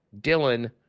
Dylan